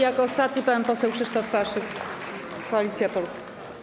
Jako ostatni pan poseł Krzysztof Paszyk, Koalicja Polska.